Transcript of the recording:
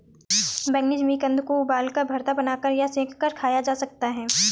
बैंगनी जिमीकंद को उबालकर, भरता बनाकर या सेंक कर खाया जा सकता है